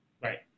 Right